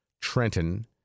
Trenton